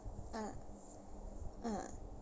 uh uh